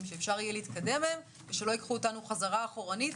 שאפשר יהיה להתקדם מהם ושלא ייקחו אותנו חזרה אחורנית.